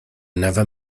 never